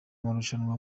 marushanwa